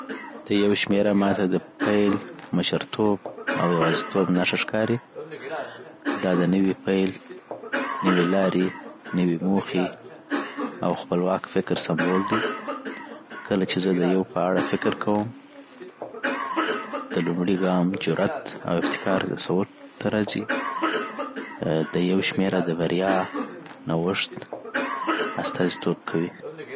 د يو شمېره ما ته د پیل، مشرتوب او یوازیتوب نښه ښکاري دا د نوې لارې، نوې لاری نوی موخې او خپلواک فکر سمبول دی کله چې زه د يو په اړه فکر کوم د لومړي ګام، جرئت او ابتکار تصور ته راځي .د يو شمېره د بریا او نوښت استازیتوب کوي